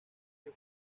que